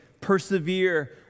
Persevere